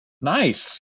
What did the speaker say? nice